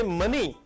money